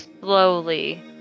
Slowly